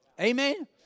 Amen